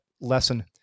lesson